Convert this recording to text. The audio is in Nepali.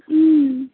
अँ